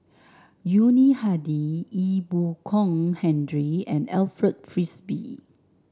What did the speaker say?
Yuni Hadi Ee Boon Kong Henry and Alfred Frisby